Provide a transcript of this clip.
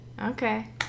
Okay